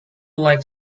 like